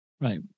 Right